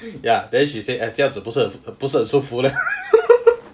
ya then she say eh 这样子不是不是很舒服 leh